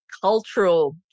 cultural